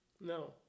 No